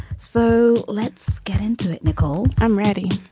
so let's get into it, nicole i'm ready,